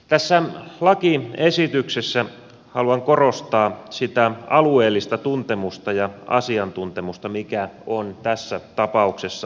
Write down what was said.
tässä lakiesityksessä haluan korostaa sitä alueellista tuntemusta ja asiantuntemusta mikä on tässä tapauksessa kunnilla